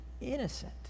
innocent